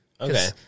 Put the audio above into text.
Okay